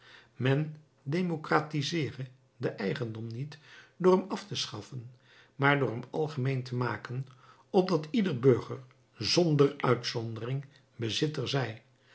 men democratizeere den eigendom niet door hem af te schaffen maar door hem algemeen te maken opdat ieder burger zonder uitzondering bezitter